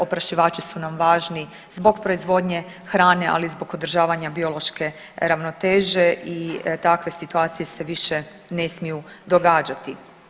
Oprašivači su nam važni zbog proizvodnje hrane, ali i zbog održavanja biološke ravnoteže i takve situacije se više ne smiju događati.